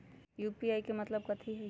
UPI के मतलब कथी होई?